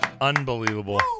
Unbelievable